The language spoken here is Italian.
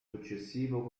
successivo